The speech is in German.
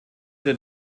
der